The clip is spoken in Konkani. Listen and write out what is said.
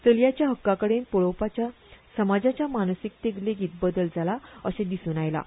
चलयांच्या हक्कांकडेन पळोवपाच्या समाजाच्या मानसिकतेत लेगीत बदल जाला अशें दिसून आयलां